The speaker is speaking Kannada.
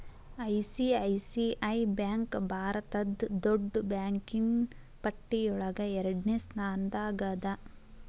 ಐ.ಸಿ.ಐ.ಸಿ.ಐ ಬ್ಯಾಂಕ್ ಭಾರತದ್ ದೊಡ್ಡ್ ಬ್ಯಾಂಕಿನ್ನ್ ಪಟ್ಟಿಯೊಳಗ ಎರಡ್ನೆ ಸ್ಥಾನ್ದಾಗದ